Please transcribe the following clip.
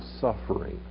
suffering